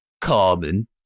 Carmen